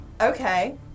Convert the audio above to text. Okay